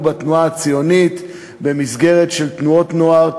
בתנועה הציונית במסגרת של תנועות נוער,